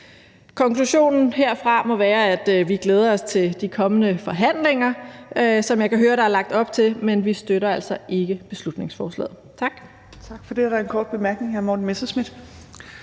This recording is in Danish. Konklusionen herfra må være, at vi glæder os til de kommende forhandlinger, som jeg kan høre der er lagt op til, men vi støtter altså ikke beslutningsforslaget. Tak.